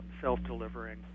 self-delivering